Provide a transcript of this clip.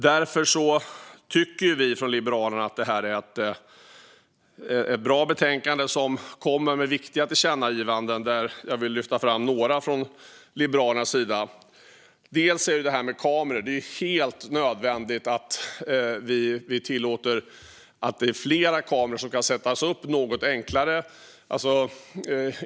Därför tycker vi från Liberalerna att det här är ett bra betänkande som kommer med viktiga tillkännagivanden, varav jag vill lyfta fram några. Det är helt nödvändigt att vi tillåter att fler kameror kan sättas upp något enklare.